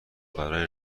برای